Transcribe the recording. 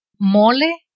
Mole